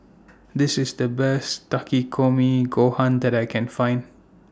This IS The Best Takikomi Gohan that I Can Find